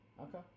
Okay